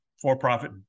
for-profit